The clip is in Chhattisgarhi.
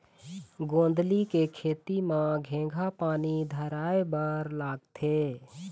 गोंदली के खेती म केघा पानी धराए बर लागथे?